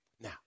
now